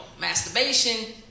Masturbation